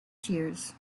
tears